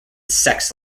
sex